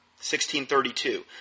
1632